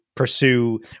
Pursue